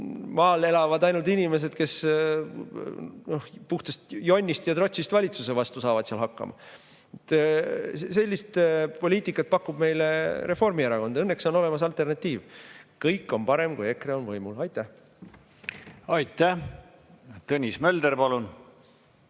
maal elavad ainult [sellised] inimesed, kes puhtast jonnist ja trotsist valitsuse vastu saavad seal hakkama. Sellist poliitikat pakub meile Reformierakond. Õnneks on olemas alternatiiv: kõik on parem, kui EKRE on võimul. Aitäh! Aitäh! Tõnis Mölder, palun!